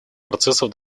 процессов